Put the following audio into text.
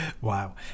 Wow